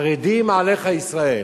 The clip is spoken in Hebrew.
חרדים עליך ישראל,